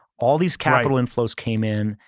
all these capital inflows came in,